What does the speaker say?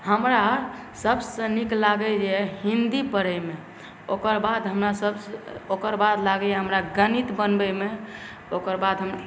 हमरा सबसँ नीक लागैए हिन्दी पढ़ैमे ओकर बाद हमरा सब ओकर बाद लागैए गणित बनबैमे ओकर बाद